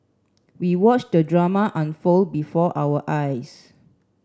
we watched the drama unfold before our eyes